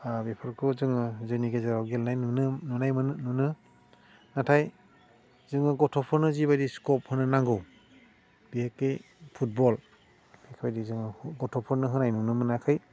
बेफोरखौ जोङो जोंनि गेजेराव गेलेनाय नुनो नुनाय मोेनो नाथाय जोङो गथ'फोरनो जिबायदि स्कप होनो नांगौ बिहेखे फुटबल बेफोरबादि जोङो गथ'फोरनो होनाय नुनो मोनाखै